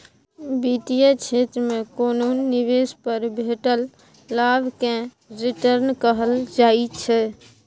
बित्तीय क्षेत्र मे कोनो निबेश पर भेटल लाभ केँ रिटर्न कहल जाइ छै